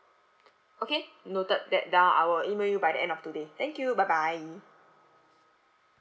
okay noted that down I will email you by the end of today thank you bye bye